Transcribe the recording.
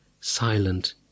silent